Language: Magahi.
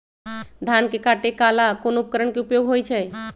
धान के काटे का ला कोंन उपकरण के उपयोग होइ छइ?